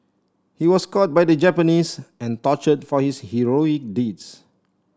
he was caught by the Japanese and tortured for his heroic deeds